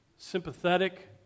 sympathetic